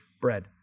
bread